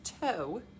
toe